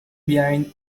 behind